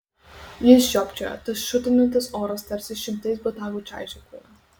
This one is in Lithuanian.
jis žiopčiojo tas šutinantis oras tarsi šimtais botagų čaižė kūną